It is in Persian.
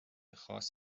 خاص